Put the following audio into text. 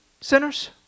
sinners